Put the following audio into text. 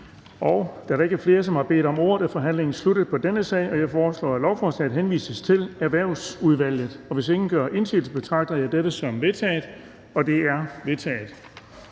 Da der ikke er flere, som har bedt om ordet, er forhandlingen sluttet på denne sag. Jeg foreslår, at lovforslaget henvises til Erhvervsudvalget, og hvis ingen gør indsigelse, betragter jeg dette som vedtaget. Det er vedtaget.